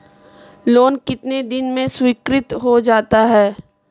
Loan कितने दिन में स्वीकृत हो जाता है?